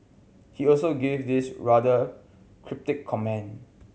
he also gave this rather cryptic comment